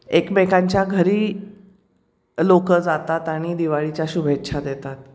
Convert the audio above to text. एकमेकांच्या घरी लोक जातात आणि दिवाळीच्या शुभेच्छा देतात